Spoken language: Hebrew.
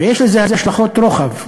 ויש לזה השלכות רוחב.